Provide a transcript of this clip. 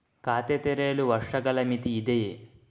ಖಾತೆ ತೆರೆಯಲು ವರ್ಷಗಳ ಮಿತಿ ಇದೆಯೇ?